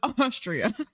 austria